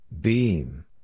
Beam